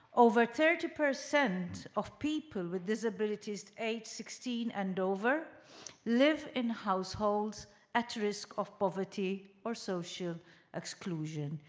over thirty percent of people with disabilities age sixteen and over live in households at risk of poverty or social exclusion,